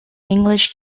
english